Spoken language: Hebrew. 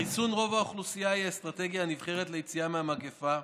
חיסון רוב האוכלוסייה הוא האסטרטגיה הנבחרת ליציאה מהמגפה.